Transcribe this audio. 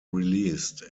released